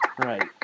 Right